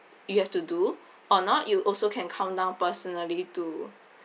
you have to do or not you also can come down personally to